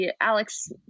Alex